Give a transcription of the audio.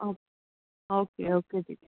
okay okay teacher